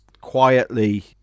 quietly